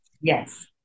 Yes